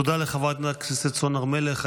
תודה לחברת הכנסת לימור סון הר מלך.